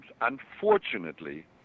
unfortunately